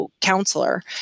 counselor